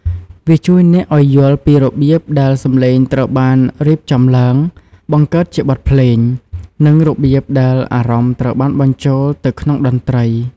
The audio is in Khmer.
វាជួយអ្នកឱ្យយល់ពីរបៀបដែលសំឡេងត្រូវបានរៀបចំឡើង បង្កើតជាបទភ្លេង និងរបៀបដែលអារម្មណ៍ត្រូវបានបញ្ចូលទៅក្នុងតន្ត្រី។